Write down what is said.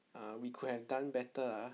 ah we could have done better ah